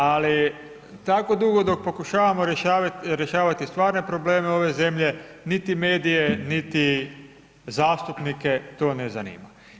Ali tako dugo dok pokušavamo rješavati stvarne probleme ove zemlje niti medije, niti zastupnike to ne zanima.